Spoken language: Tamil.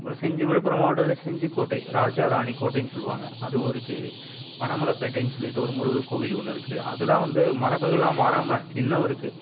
அப்புறம் செஞ்சி விழுப்புரம் மாவட்டத்தில் செஞ்சிக் கோட்டை ராஜா ராணி கோட்டைன்னு சொல்லுவாங்கள் அதுவும் இருக்குது பணமலைப்பேட்டைன்னு சொல்லிகிட்டு ஒரு முருகர் கோவில் ஒன்று இருக்குது அதெலாம் வந்து மரபுகள்லாம் மாறாமல் இன்னும் இருக்குது